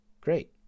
Great